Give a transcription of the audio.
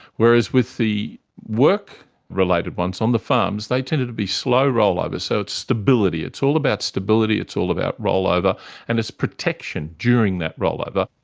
whereas with the work related ones on the farms, they tended to be slow rollovers, so it's stability. it's all about stability, it's all about rollover and it's protection during that rollover.